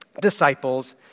disciples